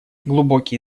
глубокие